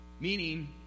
Meaning